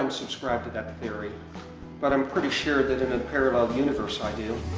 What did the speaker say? um subscribe to that theory but i'm pretty sure that in a parallel universe i do